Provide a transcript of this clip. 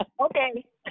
Okay